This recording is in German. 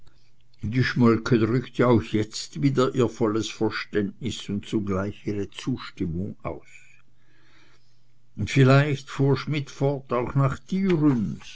die schmolke drückte auch jetzt wieder ihr volles verständnis und zugleich ihre zustimmung aus und vielleicht fuhr schmidt fort auch nach